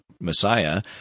Messiah